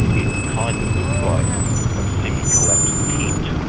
it kind of looked like a semi collapsed tent.